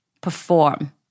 perform